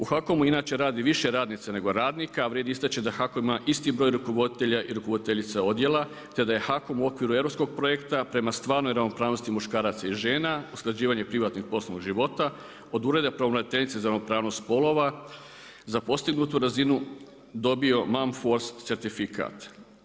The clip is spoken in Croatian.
U HAKOM-u inače radi više radnica nego radnika, a vrijedi istaći da HAKOM ima isti broj rukovoditelja i rukovoditeljica odjela, te da je HAKOM u okviru europskog projekta prema stvarnoj ravnopravnosti muškaraca i žena, usklađivanje privatnog i poslovnog života od Ureda pravobraniteljice za ravnopravnost spolova za postignutu razinu dobio Man force certifikat.